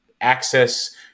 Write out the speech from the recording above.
access